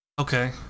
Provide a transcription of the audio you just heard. Okay